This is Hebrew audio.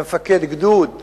כמפקד גדוד במלחמה,